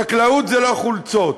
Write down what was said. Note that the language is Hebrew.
חקלאות זה לא חולצות,